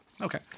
Okay